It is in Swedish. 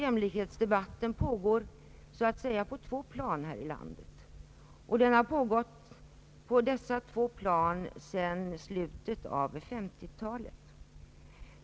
Jämlikhetsdebatten pågår så att säga på två plan här i landet och har pågått på dessa två plan sedan slutet av 1950-talet.